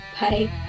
Bye